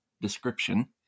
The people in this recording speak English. description